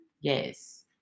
Yes